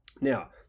Now